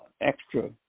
extra